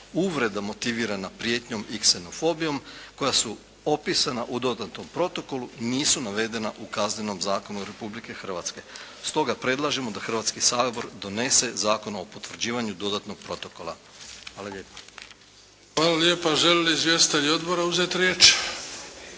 uvreda motivirana prijetnjom i ksenofobijom koja su opisana u dodatnom protokolu nisu navedena u Kaznenom zakonu Republike Hrvatske. Stoga predlažemo da Hrvatski sabor donese Zakon o potvrđivanju dodatnog protokola. Hvala lijepa. **Bebić, Luka (HDZ)** Žele li izvjestitelji odbora uzeti riječ?